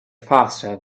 faster